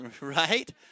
right